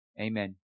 Amen